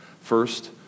First